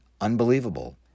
unbelievable